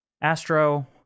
Astro